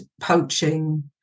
poaching